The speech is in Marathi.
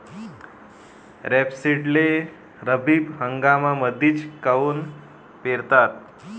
रेपसीडले रब्बी हंगामामंदीच काऊन पेरतात?